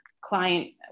client